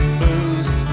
booze